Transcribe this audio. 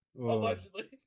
Allegedly